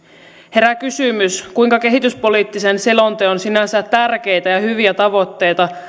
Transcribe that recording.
herää kysymys kuinka kehityspoliittisen selonteon sinänsä tärkeitä ja hyviä tavoitteita